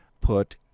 put